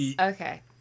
Okay